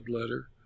letter